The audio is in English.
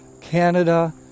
Canada